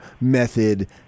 Method